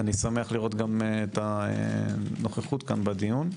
אני שמח לראות גם את הנוכחות בדיון.